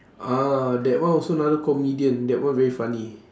ah that one also another comedian that one very funny